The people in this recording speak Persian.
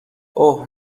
اوه